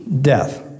death